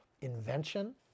invention